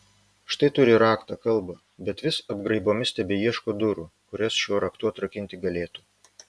štai turi raktą kalbą bet vis apgraibomis tebeieško durų kurias šiuo raktu atrakinti galėtų